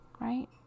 right